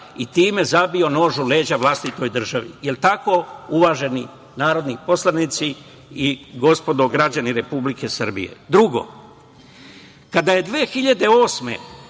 i time zabio nož u leđa vlastitoj državi. Da li je tako uvaženi narodni poslanici i gospodo građani Republike Srbije? Drugo, kada je 2008.